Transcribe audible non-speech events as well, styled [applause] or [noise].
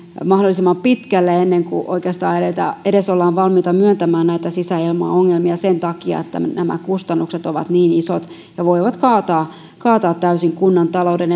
mahdollisimman pitkälle ennen kuin oikeastaan edes ollaan valmiita myöntämään näitä sisäilmaongelmia sen takia että nämä kustannukset ovat niin isot ja voivat kaataa kaataa täysin kunnan talouden [unintelligible]